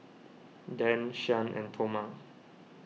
Dan Shyann and Toma